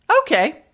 Okay